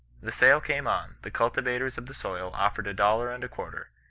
the sale came on the cultivators of the soil offered a dollar and a quarter,